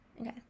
Okay